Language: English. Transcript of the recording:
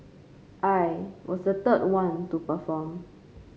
I was the third one to perform